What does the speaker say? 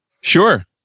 Sure